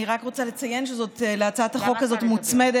אני רק רוצה לציין שלהצעת החוק הזאת מוצמדת